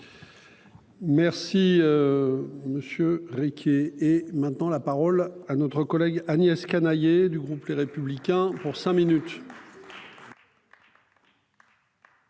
Monsieur Riquier. Et maintenant la parole à notre collègue Agnès Canayer du groupe les républicains pour cinq minutes.